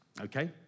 Okay